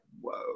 whoa